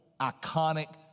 iconic